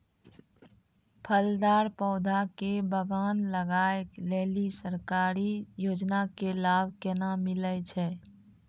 फलदार पौधा के बगान लगाय लेली सरकारी योजना के लाभ केना मिलै छै?